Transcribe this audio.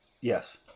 Yes